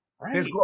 Right